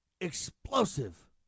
Explosive